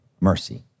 mercy